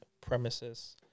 premises –